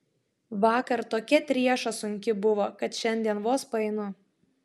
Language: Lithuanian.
vakar tokia trieša sunki buvo kad šiandien vos paeinu